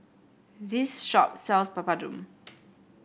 this shop sells Papadum